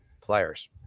players